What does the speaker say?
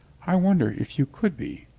i wonder if you could be,